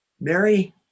Mary